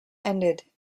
apparently